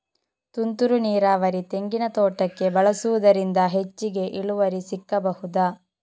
ತುಂತುರು ನೀರಾವರಿ ತೆಂಗಿನ ತೋಟಕ್ಕೆ ಬಳಸುವುದರಿಂದ ಹೆಚ್ಚಿಗೆ ಇಳುವರಿ ಸಿಕ್ಕಬಹುದ?